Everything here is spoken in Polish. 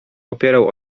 opierał